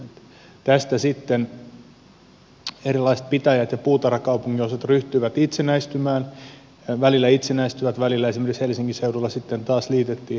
tästä sitten erilaiset pitäjät ja puutarhakaupunginosat ryhtyivät itsenäistymään välillä itsenäistyivät välillä esimerkiksi helsingin seudulla sitten taas liitettiin helsinkiin